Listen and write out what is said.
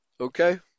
okay